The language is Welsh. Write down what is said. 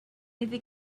iddi